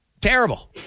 Terrible